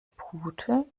pute